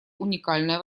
уникальная